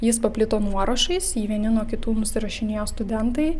jis paplito nuorašais jį vieni nuo kitų nusirašinėjo studentai